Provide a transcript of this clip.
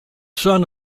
son